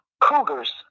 cougars